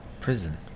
Prison